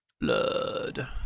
Blood